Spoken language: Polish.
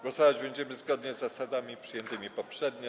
Głosować będziemy zgodnie z zasadami przyjętymi poprzednio.